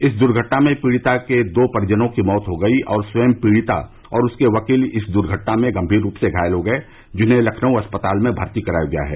इस दुर्घटना में पीड़िता के दो परिजनों की मौत हो गई और स्वयं पीड़िता और उसके वकील इस दूर्घटना में गंभीर रूप से घायल हो गये जिन्हें लखनऊ अस्पताल में भर्ती कराया गया है